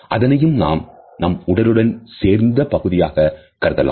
அதனையும் நாம் நம் உடலுடன் சேர்ந்து பகுதியாக கருதலாம்